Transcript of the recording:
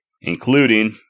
including